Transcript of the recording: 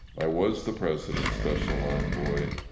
i was the president's special envoy,